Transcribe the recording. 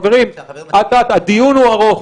חברים, הדיון ארוך.